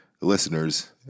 listeners